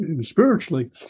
spiritually